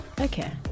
Okay